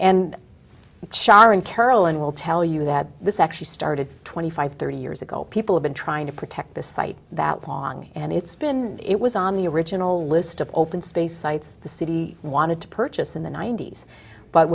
and carolyn will tell you that this actually started twenty five thirty years ago people have been trying to protect this site that long and it's been it was on the original list of open space sites the city wanted to purchase in the ninety's but